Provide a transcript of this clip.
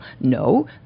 No